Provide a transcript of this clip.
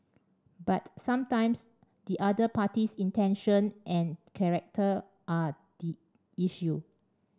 but sometimes the other party's intention and character are the issue